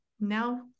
now